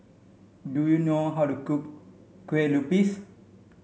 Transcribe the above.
do you know how to cook Kue Lupis